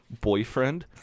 boyfriend